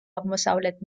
აღმოსავლეთ